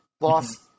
lost